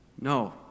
No